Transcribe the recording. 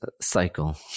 cycle